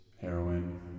heroin